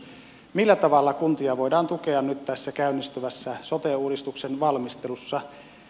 millä tavalla kuntia voidaan tukea nyt tässä käynnistyvässä sote uudistuksen valmistelussa